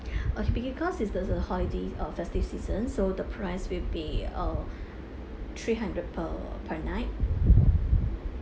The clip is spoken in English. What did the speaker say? okay because it's the there's a holidays uh festive seasons so the price will be uh three hundred per per night